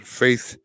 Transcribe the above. faith